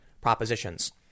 propositions